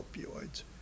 opioids